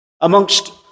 amongst